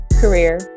career